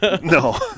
No